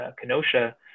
Kenosha